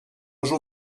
jour